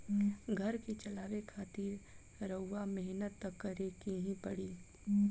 घर के चलावे खातिर रउआ मेहनत त करें के ही पड़ी